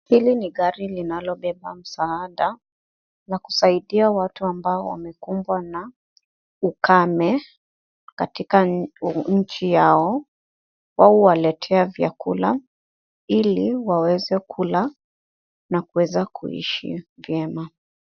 Hili ni gari linalobeba msaada wa kusaidia watu waliokumbwa na ukame katika nchi yao, uwaletea chakula ili waweze kula na kuweza kuishi vyema.